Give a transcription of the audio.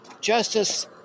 justice